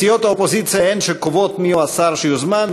סיעות האופוזיציה הן שקובעות מיהו השר שיוזמן,